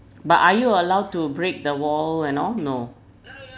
but are you allowed to break the wall and all no